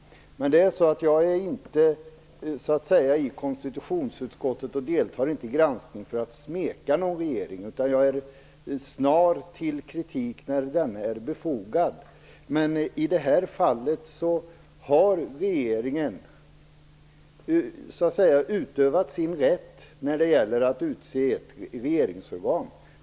Jag deltar inte i konstitutionsutskottets granskning för att smeka någon regering, utan jag är snar till kritik när denna är befogad, men i det här fallet har regeringen utövat sin rätt när det gäller att utse regeringsorgan.